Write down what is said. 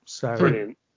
Brilliant